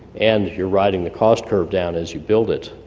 and you're riding the cost curve down as you build it.